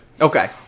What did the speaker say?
Okay